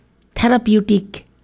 therapeutic